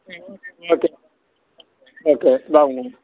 okay okay బాగున్నాం